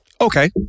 Okay